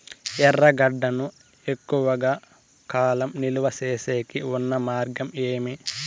ఎర్రగడ్డ ను ఎక్కువగా కాలం నిలువ సేసేకి ఉన్న మార్గం ఏమి?